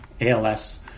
ALS